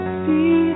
see